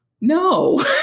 No